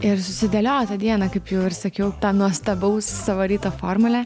ir susidėlioti dieną kaip jau ir sakiau tą nuostabaus savo ryto formulę